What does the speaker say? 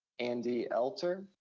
andy elter.